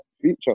future